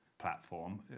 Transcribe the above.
platform